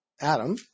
Adam